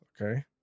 okay